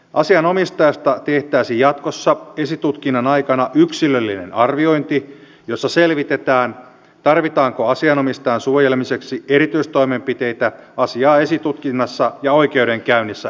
asianomistajasta tehtäisiin jatkossa esitutkinnan aikana yksilöllinen arviointi jossa selvitetään tarvitaanko asianomistajan suojelemiseksi erityistoimenpiteitä asiaa esitutkinnassa ja oikeudenkäynnissä käsiteltäessä